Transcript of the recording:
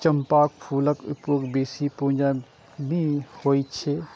चंपाक फूलक उपयोग बेसी पूजा मे होइ छै